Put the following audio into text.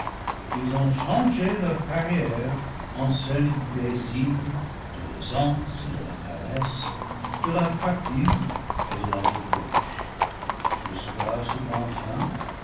ils ont changé leur carrière en celle du plaisir de l'aisance de la paresse de la crapule et de la débauche jusqu'à ce